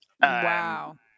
Wow